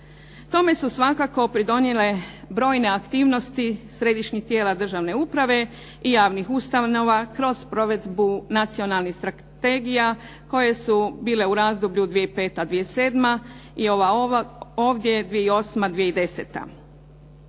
Tome su svakako pridonijele brojne aktivnosti središnjih tijela državne uprave i javnih ustanova kroz provedbu nacionalnih strategija koje su bile u razdoblju 2005./2007. i ova ovdje 2008./2010.